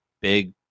big